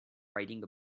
riding